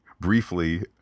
briefly